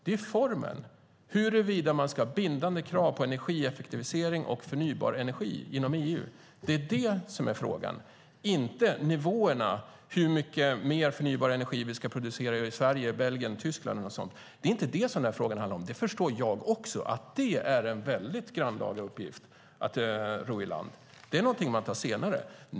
Det är formen, huruvida man ska ha bindande krav på energieffektivisering och förnybar energi inom EU. Det är det som är frågan, inte nivåerna, hur mycket mer förnybar energi vi ska producera i Sverige, Belgien och Tyskland eller något sådant. Det är inte det som den här frågan handlar om. Jag förstår också att det är en väldigt grannlaga uppgift att ro i land. Det är någonting som man tar senare.